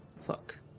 fuck